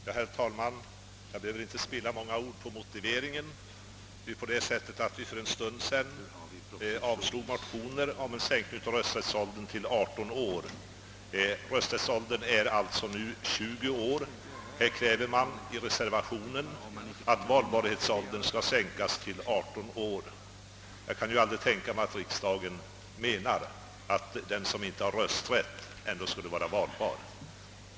Herr talman! Jag behöver inte spilla många ord på motiveringen. Vi avslog för en stund sedan motioner om en sänkning av rösträttsåldern till 18 år. Denna är alltså fortfarande 20 år. I reservationen kräver man att valbarhetsåldern skall sänkas till 18 år. Jag kan aldrig tänka mig att riksdagen menar att den som inte har rösträtt ändå skulle vara valbar.